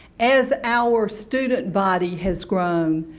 as our student body has grown,